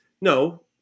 No